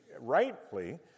rightly